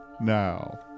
Now